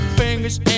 fingers